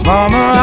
Mama